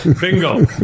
Bingo